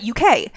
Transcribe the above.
UK